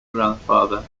grandfather